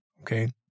okay